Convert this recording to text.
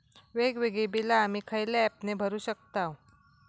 वेगवेगळी बिला आम्ही खयल्या ऍपने भरू शकताव?